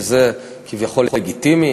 שזה כביכול לגיטימי,